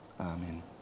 Amen